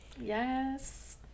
Yes